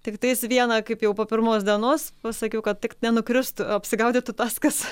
tiktais viena kaip jau po pirmos dienos pasakiau kad tik nenukristų o apsigauditų tas kas